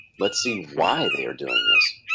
let's see why they are doing this